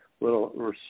little